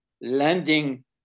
landing